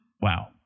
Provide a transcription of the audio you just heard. Wow